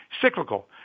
cyclical